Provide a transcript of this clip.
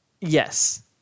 Yes